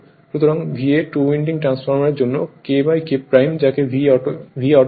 সুতরাং VA to winding transformer এর জন্য K K যাকে VAuto বলে